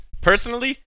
personally